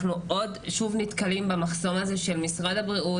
אנחנו שוב נתקלים במחסום הזה של משרד הבריאות